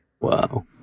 Wow